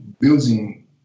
building